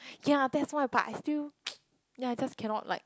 ya that's why but I still ya I just cannot like